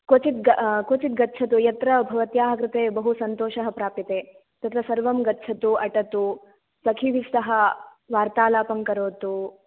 क्वचित् गच्छतु यत्र भवत्याः कृते बहु सन्तोषः प्राप्यते तत्र सर्वं गच्छतु अटतु सखीभिः सह वार्तालापं करोतु